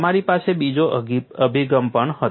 તમારી પાસે બીજો અભિગમ પણ હતો